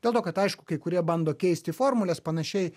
dėl to kad aišku kai kurie bando keisti formules panašiai